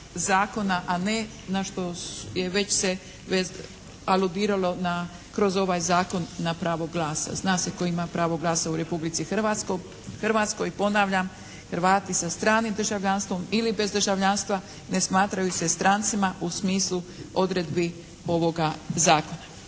a ne na što je, već se aludiralo kroz ovaj zakon na pravo glasa. Zna se tko ima pravo glasa u Republici Hrvatskoj. Ponavljam. Hrvati sa stranim državljanstvom ili bez državljanstva ne smatraju se strancima u smislu odredi ovoga zakona.